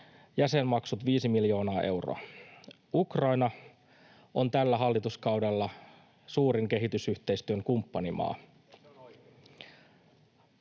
jäsenmaksut viisi miljoonaa euroa. Ukraina on tällä hallituskaudella suurin kehitysyhteistyön kumppanimaa.